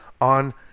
on